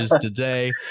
today